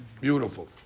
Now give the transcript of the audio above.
Beautiful